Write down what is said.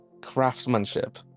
craftsmanship